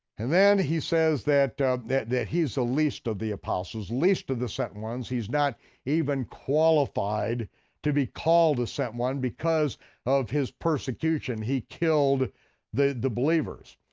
and then he says that that he is the least of the apostles, least of the sent ones, he is not even qualified to be called a sent one because of his persecution. he killed the the believers.